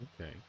okay